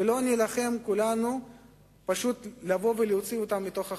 ולא נילחם כולנו להוציא אותם מהחוק,